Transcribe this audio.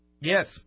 Yes